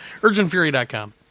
UrgentFury.com